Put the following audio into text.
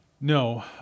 No